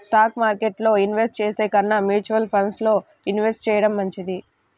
stock మార్కెట్టులో invest చేసే కన్నా మ్యూచువల్ ఫండ్స్ లో ఇన్వెస్ట్ చెయ్యడం మంచిది